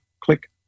click